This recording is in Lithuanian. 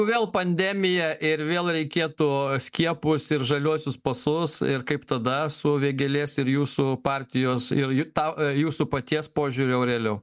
vėl pandemija ir vėl reikėtų skiepus ir žaliuosius pasus ir kaip tada su vėgėlės ir jūsų partijos ir ji tą jūsų paties požiūriu realiau